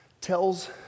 tells